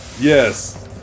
yes